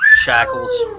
shackles